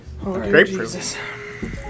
Grapefruit